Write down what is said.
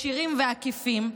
ישירים ועקיפים,